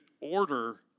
order